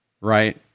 right